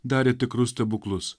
darė tikrus stebuklus